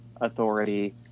authority